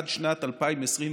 עד שנת 2024,